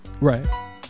Right